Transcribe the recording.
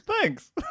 Thanks